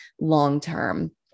long-term